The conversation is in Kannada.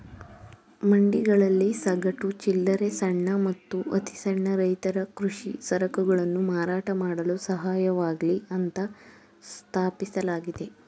ಮಂಡಿಗಳಲ್ಲಿ ಸಗಟು, ಚಿಲ್ಲರೆ ಸಣ್ಣ ಮತ್ತು ಅತಿಸಣ್ಣ ರೈತರ ಕೃಷಿ ಸರಕುಗಳನ್ನು ಮಾರಾಟ ಮಾಡಲು ಸಹಾಯವಾಗ್ಲಿ ಅಂತ ಸ್ಥಾಪಿಸಲಾಗಿದೆ